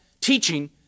teaching